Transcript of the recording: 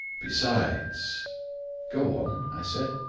besides go on, i said.